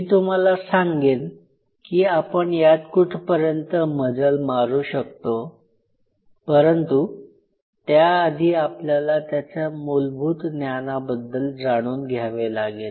मी तुम्हाला सांगेन की आपण यात कुठंपर्यंत मजल मारू शकतो परंतु त्याआधी आपल्याला त्याच्या मूलभूत ज्ञानाबद्दल जाणून घ्यावे लागेल